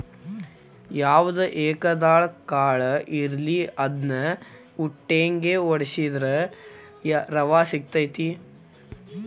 ಯಾವ್ದ ಏಕದಳ ಕಾಳ ಇರ್ಲಿ ಅದ್ನಾ ಉಟ್ಟಂಗೆ ವಡ್ಸಿದ್ರ ರವಾ ಸಿಗತೈತಿ